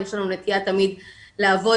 יש לנו נטייה תמיד לעבוד